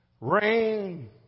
Rain